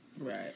Right